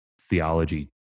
theology